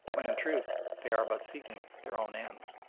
when in truth they are but seeking their own ends.